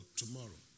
tomorrow